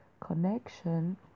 connection